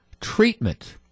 treatment